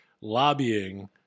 lobbying